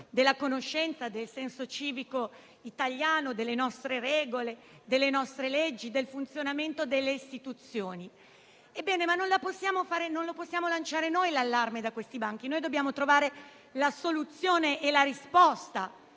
della conoscenza, del senso civico italiano, delle nostre regole, delle nostre leggi, del funzionamento delle istituzioni. Ebbene, non possiamo lanciare noi l'allarme da questi banchi; noi dobbiamo trovare la soluzione e la risposta